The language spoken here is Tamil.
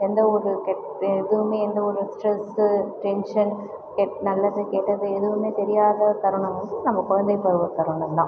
எந்த ஒரு கெட் எதுவுமே எந்த ஒரு ஸ்ட்ரெஸ்ஸு டென்சன் கெட் நல்லது கெட்டது எதுவுமே தெரியாத தருணம் வந்து நம்ம குழந்தைப் பருவத் தருணம் தான்